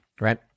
Right